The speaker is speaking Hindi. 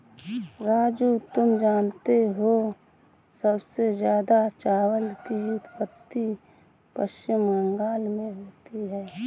राजू तुम जानते हो सबसे ज्यादा चावल की उत्पत्ति पश्चिम बंगाल में होती है